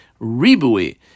ribui